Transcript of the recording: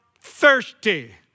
thirsty